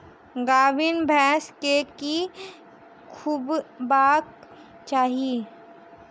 गाभीन भैंस केँ की खुएबाक चाहि?